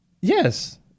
Yes